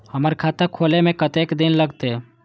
हमर खाता खोले में कतेक दिन लगते?